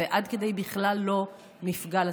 ועד כדי בכלל לא מפגע לציבור.